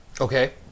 Okay